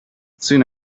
soon